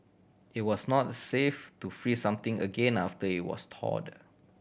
it was not safe to freeze something again after it was thawed